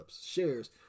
Shares